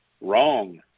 wrong